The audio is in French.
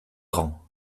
grand